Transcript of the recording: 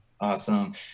Awesome